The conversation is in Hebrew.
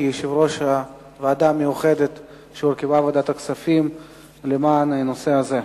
כיושב-ראש הוועדה המיוחדת שהוקמה בוועדת הכספים למען הנושא הזה.